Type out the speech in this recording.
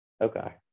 Okay